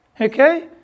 okay